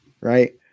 right